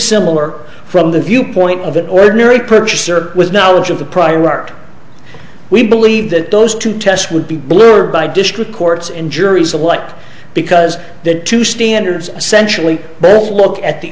similar from the viewpoint of an ordinary purchaser was now which of the prior art we believe that those two tests would be bluer by district courts and juries alike because the two standards essentially but look at the